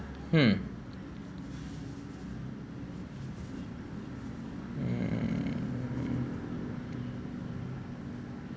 hmm mm